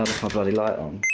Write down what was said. bloody light on.